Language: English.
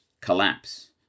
collapse